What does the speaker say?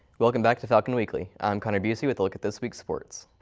welcome back to falcon weekly. i'm connor bucy with a look at this week's sports!